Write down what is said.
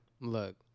Look